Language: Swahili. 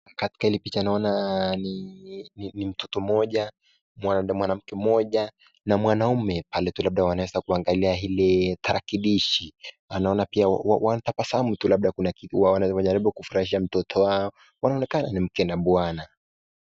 Katika hili picha naona ni mtoto mmoja, mwanamke mmoja na mwanaume pale tu labda wanaweza kuangalia hili tarakilishi. Anaona pia wanatabasamu tu labda wanajaribu kumfurahisha mtoto wao. Wanaonekana ni mke na bwana.